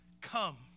Come